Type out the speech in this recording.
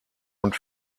und